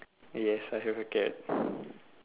yes I have a cat